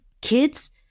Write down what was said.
kids